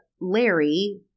Larry